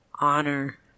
honor